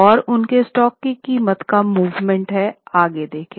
यह उनके स्टॉक की कीमत का मूवमेंट है आगे देखे